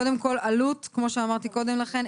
קודם כל אלו"ט, כמו שאמרתי קודם לכן.